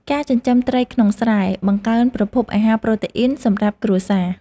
ការចិញ្ចឹមត្រីក្នុងស្រែ បង្កើនប្រភពអាហារប្រូតេអ៊ីនសម្រាប់គ្រួសារ។